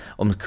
om